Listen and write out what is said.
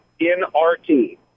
nRT